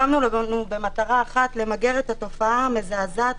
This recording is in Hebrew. שם לו מטרה אחת: למגר את התופעה המזעזעת